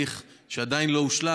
כולל הליך שעדיין לא הושלם,